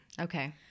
Okay